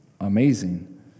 amazing